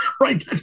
Right